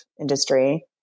industry